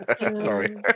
Sorry